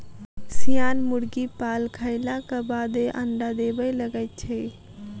सियान मुर्गी पाल खयलाक बादे अंडा देबय लगैत छै